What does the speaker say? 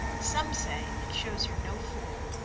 some say it shows you're no fool.